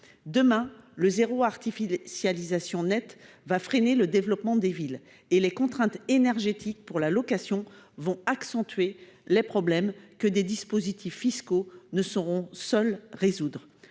Demain, l'objectif « zéro artificialisation nette » freinera le développement des villes et les contraintes énergétiques pour la location accentueront les problèmes que des dispositifs fiscaux ne sauront seuls résoudre.